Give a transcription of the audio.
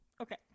Okay